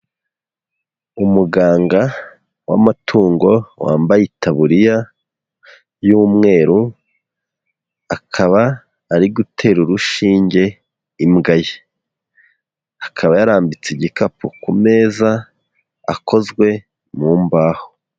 Umuganga w'amatungo wambaye itaburiya y'umweru, akaba ari gutera urushinge imbwa ye, akaba yarambitse igikapu ku meza akozwe mu mbaho.